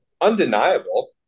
undeniable